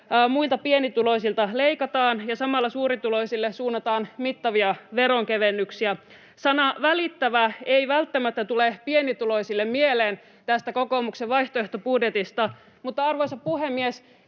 muilta pienituloisilta leikataan ja samalla suurituloisille suunnataan mittavia veronkevennyksiä. Sana ”välittävä” ei välttämättä tule pienituloisille mieleen tästä kokoomuksen vaihtoehtobudjetista. Mutta, arvoisa puhemies,